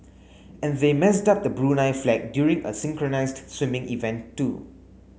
and they messed up the Brunei flag during a synchronised swimming event too